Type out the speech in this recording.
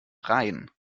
rein